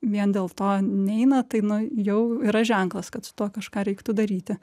vien dėl to neina tai nu jau yra ženklas kad su tuo kažką reiktų daryti